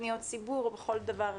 בפניות ציבור או בכל דבר אחר.